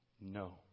No